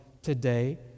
today